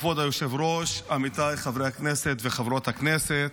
כבוד היושב-ראש, עמיתיי חברי הכנסת וחברות הכנסת,